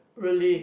really